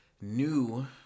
new